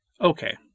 okay